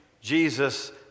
Jesus